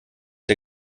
der